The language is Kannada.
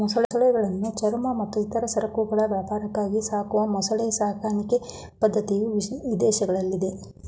ಮೊಸಳೆಗಳನ್ನು ಚರ್ಮ ಮತ್ತು ಇತರ ಸರಕುಗಳ ವ್ಯಾಪಾರಕ್ಕಾಗಿ ಸಾಕುವ ಮೊಸಳೆ ಸಾಕಣೆ ಪದ್ಧತಿಯು ವಿದೇಶಗಳಲ್ಲಿದೆ